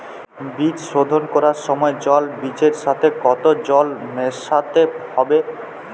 বীজ শোধন করার সময় জল বীজের সাথে কতো জল মেশাতে হবে?